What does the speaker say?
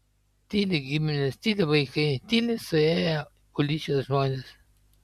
tyli giminės tyli vaikai tyli suėję ulyčios žmonės